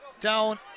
Down